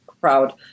crowd